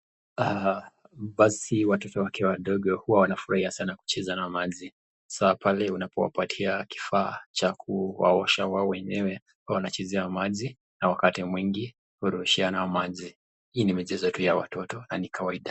Basi watoto wakiwa wadogo huwa wanafurahia sana kucheza na maji, haswa pale unapowapatia kifaa ya kuwaosha wao wenyewe ,wanachezea maji na wakati mwingi kurushiana maji. Hii ni michezo tu ya watoto na ni kawaida.